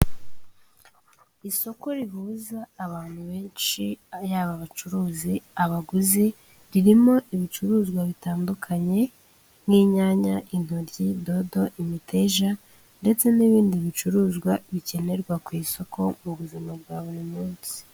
Isoko rihuza abantu benshi yaba abacuruzi, abaguzi ririmo ibicuruzwa bitandukanye; nk'inyanya, intoryi, dodo, imiteja ndetse n'ibindi bicuruzwa bikenerwa ku isoko mu buzima bwa buri munsi.